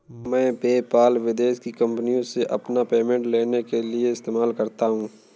मैं पेपाल विदेश की कंपनीयों से अपना पेमेंट लेने के लिए इस्तेमाल करता हूँ